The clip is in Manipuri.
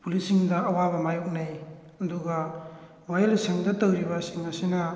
ꯄꯨꯂꯤꯁꯁꯤꯡꯗ ꯑꯋꯥꯕ ꯃꯌꯣꯛꯅꯩ ꯑꯗꯨꯒ ꯋꯥꯌꯦꯜꯁꯪꯗ ꯇꯧꯔꯤꯕꯁꯤꯡ ꯑꯁꯤꯅ